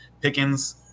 Pickens